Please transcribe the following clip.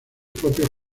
propios